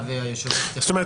זאת אומרת,